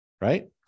Right